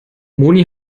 moni